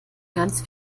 ganz